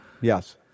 Yes